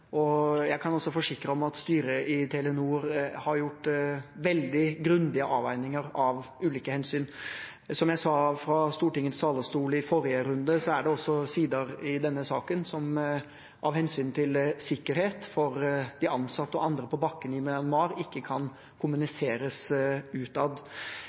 Jeg kan også forsikre om at styret i Telenor har gjort veldig grundige avveininger av ulike hensyn. Som jeg sa fra Stortingets talerstol i forrige runde, er det også sider ved denne saken som, av hensyn til sikkerheten for de ansatte og andre på bakken i Myanmar, ikke kan kommuniseres utad.